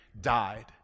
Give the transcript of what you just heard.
died